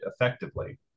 effectively